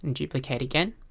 and duplicate again